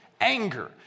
anger